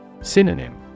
Synonym